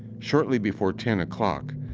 shortly before ten o'clock,